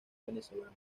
venezolano